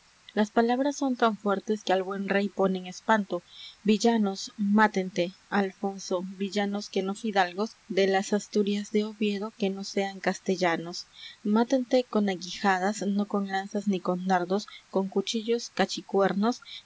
las palabras son tan fuertes que al buen rey ponen espanto villanos mátente alfonso villanos que no fidalgos de las asturias de oviedo que no sean castellanos mátente con aguijadas no con lanzas ni con dardos con cuchillos cachicuernos